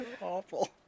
awful